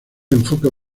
enfoque